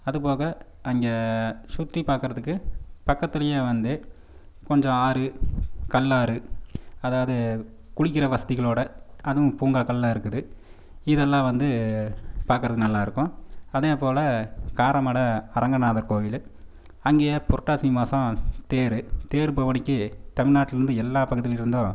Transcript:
அது போக அங்கே சுற்றி பார்க்குறதுக்கு பக்கத்துலேயே வந்து கொஞ்சம் ஆறு கல்லாறு அதாவது குளிக்கிற வசதிகளோடு அதுவும் பூங்காக்கள்லாம் இருக்குது இதெல்லாம் வந்து பார்க்குறதுக்கு நல்லா இருக்கும் அதே போல் காரமட அரங்கநாதர் கோவிலு அங்கே புரட்டாசி மாதம் தேர் தேர் பவனிக்கு தமிழ்நாட்டில் இருந்து எல்லா பகுதியில் இருந்தும்